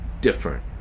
different